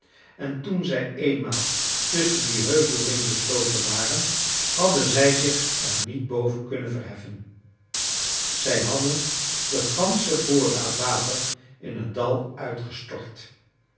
en toen zij eenmaal tusschen dien heuvelring besloten waren hadden zij zich er niet boven kunnen verheffen zij hadden den ganschen voorraad water in het dal uitgestort